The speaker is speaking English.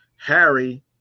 Harry